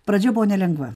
pradžia buvo nelengva